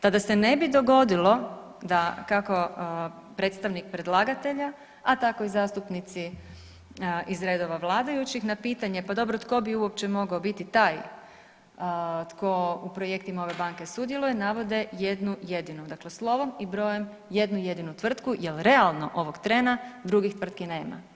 Tada se ne bi dogodilo da kako predstavnik predlagatelja, a tako i zastupnici iz redova vladajućih na pitanje pa dobro tko bi uopće mogao biti taj tko u projektima ove banke sudjeluje navode jednu jednu, dakle slovom i brojem jednu jedinu tvrtku jel realno ovog trena drugih tvrtki nema.